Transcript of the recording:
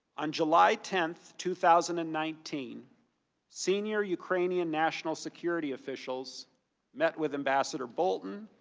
on july tenth, two thousand and nineteen senior ukrainian national security officials met with ambassador bolton,